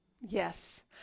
Yes